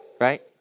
right